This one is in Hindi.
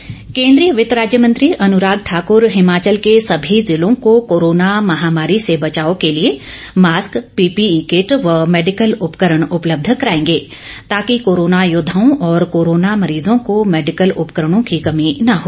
अनुराग ठाकुर केन्द्रीय वित्त राज्य मंत्री अनुराग ठाकर हिमाचल के सभी जिलों को कोरोना महामारी से बचाव के लिए मास्क पीपीई किट व मैडिकल उपकरण उपलब्ध कराएंगे ताकि कोरोना योद्वाओं व कोरोना मरीजों को मैडिकल उपकरणों की कमी न हो